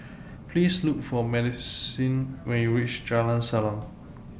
Please Look For Madisyn when YOU REACH Jalan Salang